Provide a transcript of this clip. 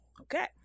Okay